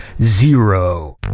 Zero